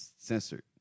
censored